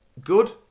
good